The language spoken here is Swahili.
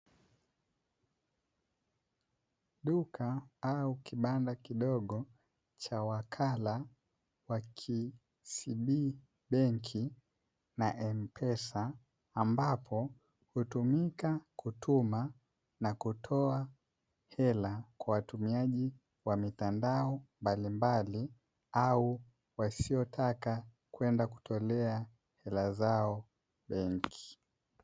Duka au kibanda kidogo cha wakala wa KCB Benki na Mpesa, ambapo hutumika kutoa ela kwa watumiaji wa mtandao mbalimbali, au wasiotaka kwenda kutolea pesa zao benki.